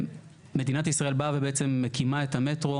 מדינת ישראל באה ובעצם מקימה את המטרו